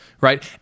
right